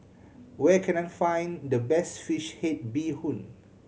where can I find the best fish head bee hoon